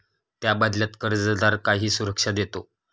त्या बदल्यात कर्जदार काही सुरक्षा देतो